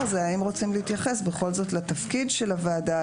האם רוצים להתייחס בכל זאת לתפקיד הוועדה,